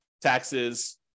taxes